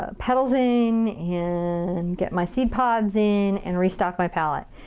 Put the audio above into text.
ah petals in in and get my seed pods in and restock my palette.